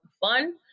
fun